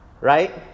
Right